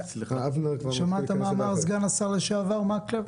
שמעת מה אמר סגן השר לשעבר מקלב?